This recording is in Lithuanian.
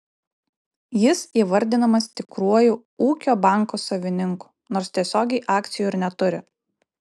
jis įvardinamas tikruoju ūkio banko savininku nors tiesiogiai akcijų ir neturi